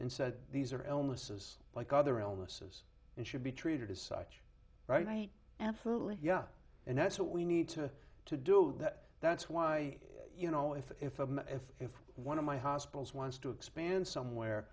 and said these are illnesses like other illnesses and should be treated as such right absolutely yeah and that's what we need to to do that that's why you know if i'm if if one of my hospitals wants to expand somewhere